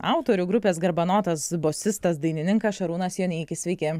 autorių grupės garbanotas bosistas dainininkas šarūnas joneikis sveiki